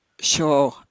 Sure